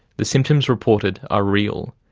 the symptoms reported are real,